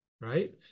right